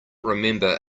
remember